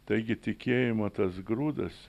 taigi tikėjimo tas grūdas